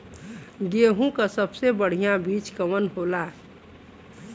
गेहूँक सबसे बढ़िया बिज कवन होला?